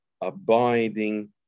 abiding